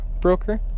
broker